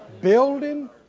Building